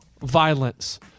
violence